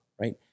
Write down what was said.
right